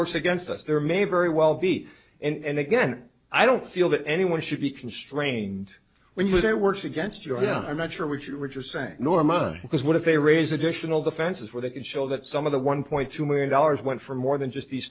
works against us there may very well be and again i don't feel that anyone should be constrained when you say works against your i'm not sure which you rich are saying nor mud because what if they raise additional defenses where they could show that some of the one point two million dollars went for more than just these